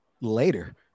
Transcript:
later